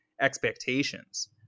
expectations